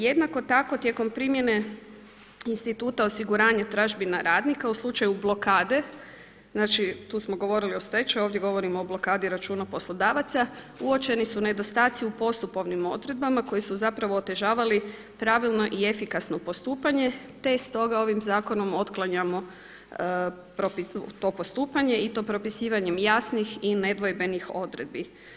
Jednako tako tijekom primjene Instituta osiguranja tražbina radnika u slučaju blokade, znači tu smo govorili o stečaju, ovdje govorimo o blokadi računa poslodavaca uočeni su nedostaci u postupovnim odredbama koji su zapravo otežavali pravilno i efikasno postupanje te stoga ovim zakonom otklanjamo to postupanje i to propisivanjem jasnih i nedvojbenih odredbi.